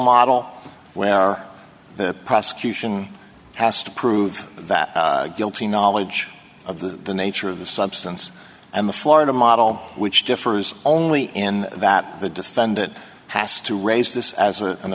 model where are the prosecution has to prove that guilty knowledge of the nature of the substance and the florida model which differs only in that the defendant has to raise this as a an